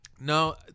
No